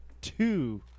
two